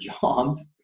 jobs